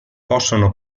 possono